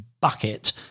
Bucket